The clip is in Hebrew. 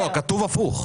אבל כתוב הפוך.